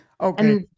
Okay